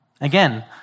Again